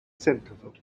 centerville